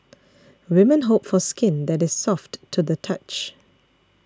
women hope for skin that is soft to the touch